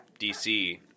DC